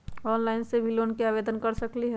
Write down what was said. Online से भी loan के आवेदन कर सकलीहल?